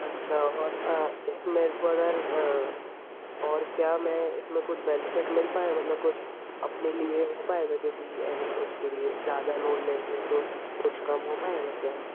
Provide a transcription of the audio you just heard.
अच्छा और एक मेरे को अगर और क्या मैं इसमें कुछ बेनिफिट मिल पाएगा मतलब कुछ अपने लिए हो पाएगा जैसे कि एना उसके लिए ज़्यादा लोन लेते हैं तो कुछ कम हो पाएगा क्या